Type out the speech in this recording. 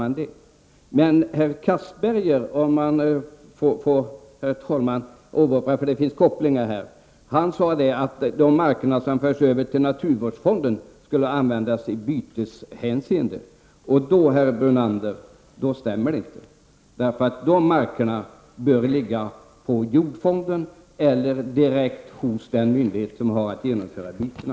Jag vill, herr talman, åberopa herr Castberger, för det finns en koppling här. Anders Castberger sade att de marker som förs över till naturvårdsfonden bör användas i byteshänseende. Men, herr Brunander, då stämmer inte det hela. Dessa marker bör inordnas under jordfonden eller direkt under den myndighet som har att genomföra bytena.